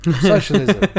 socialism